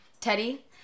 Teddy